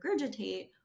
regurgitate